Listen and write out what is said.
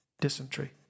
dysentery